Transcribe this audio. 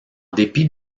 dépit